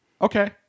Okay